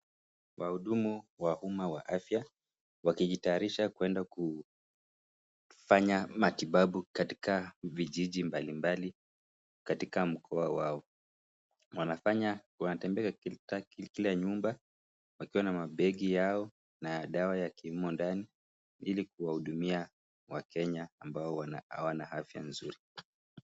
Wahudumu wa umma ya afya, wakijitayarisha kuenda kufanya matibabu katika vijiji mbalimbali ,katika mkoa wao. Wanafanya, wanatembea katika kila nyumba wakiwa na mabegi yao, na dawa yakiwemo ndani ili kuwahudumia wakenya ambao hawana afya nzuri.